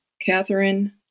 Catherine